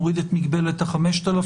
מוריד את מגבלת ה-5,000,